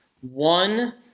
One